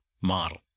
model